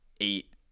eight